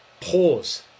pause